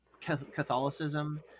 Catholicism